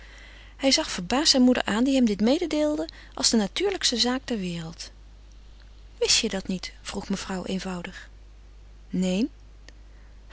hij zag verbaasd zijn moeder aan die hem dit mededeelde als de natuurlijkste zaak der wereld wist je dat niet vroeg mevrouw eenvoudig neen